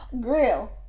Grill